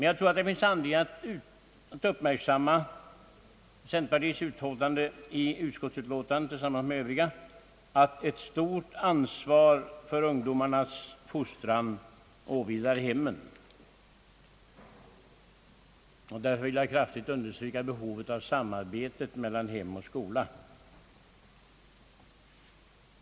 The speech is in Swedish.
Jag tror att det finns anledning att uppmärksamma centerpartiets uttalande i utskottsutlåtandet att ett stort ansvar för ungdomarnas fostran åvilar hemmen, Därför vill jag kraftigt understryka behovet av samarbete mellan hem och skola.